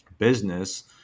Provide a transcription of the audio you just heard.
business